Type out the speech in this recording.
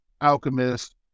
Alchemist